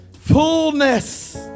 fullness